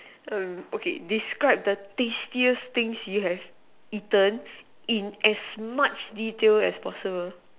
err okay describe the tastiest thing you have eaten in as much detail as possible